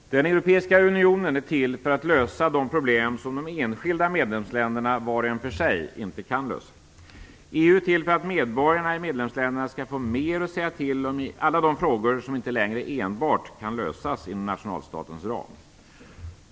Fru talman! Den europeiska unionen är till för att lösa de problem som de enskilda medlemsländerna vart och ett för sig inte kan lösa. EU är till för att medborgarna i medlemsländerna skall få mer att säga till om i alla de frågor som inte längre enbart kan lösas inom nationalstatens ram.